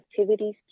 activities